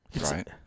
Right